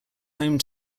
home